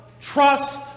trust